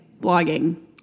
blogging